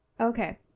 Okay